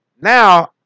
Now